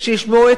שישמעו אתכם,